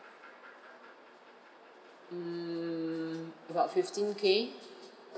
mm about fifteen K